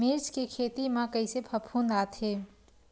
मिर्च के खेती म कइसे फफूंद आथे?